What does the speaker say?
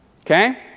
Okay